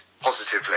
Positively